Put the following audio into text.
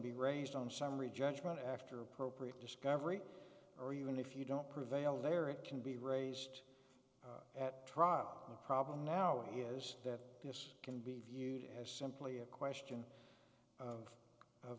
be raised on summary judgment after appropriate discovery or even if you don't prevail there it can be raised at trial the problem now is that this can be viewed as simply a question of